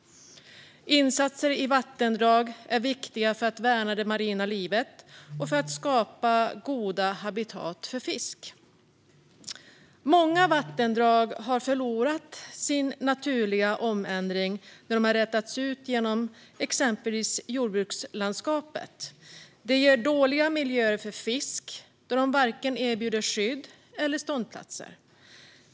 Insatser i vattendrag är viktiga för att värna det marina livet och för att skapa goda habitat för fisk. Många vattendrag har förlorat sin naturliga omändring när de har rätats ut exempelvis i jordbrukslandskapet. Det ger dåliga miljöer för fisk, då de inte erbjuder vare sig skydd eller ståndplatser.